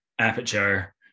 aperture